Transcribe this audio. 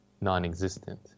non-existent